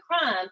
crime